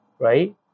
right